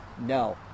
no